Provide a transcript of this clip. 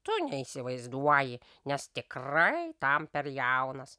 tu neįsivaizduoji nes tikrai tam per jaunas